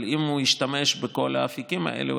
אבל אם הוא ישתמש בכל האפיקים האלו,